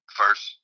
first